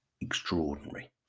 extraordinary